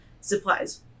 supplies